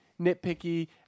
nitpicky